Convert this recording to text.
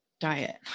diet